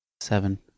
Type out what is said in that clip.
Seven